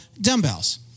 dumbbells